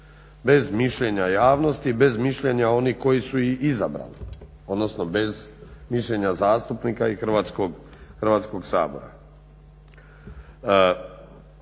bez mišljenja javnosti, bez mišljenja onih koji su ih izabrali odnosno bez mišljenja zastupnika i Hrvatskog sabora.